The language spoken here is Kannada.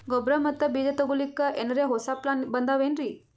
ಗೊಬ್ಬರ ಮತ್ತ ಬೀಜ ತೊಗೊಲಿಕ್ಕ ಎನರೆ ಹೊಸಾ ಪ್ಲಾನ ಬಂದಾವೆನ್ರಿ?